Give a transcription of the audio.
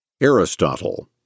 Aristotle